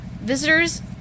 Visitors